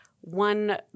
one